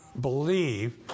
believe